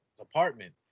apartment